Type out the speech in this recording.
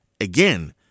again